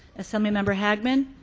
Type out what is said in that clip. assemblymember hagman.